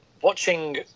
watching